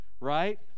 right